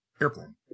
airplane